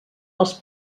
els